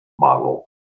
model